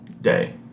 day